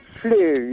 flu